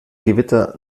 gewitter